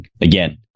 again